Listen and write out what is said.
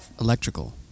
Electrical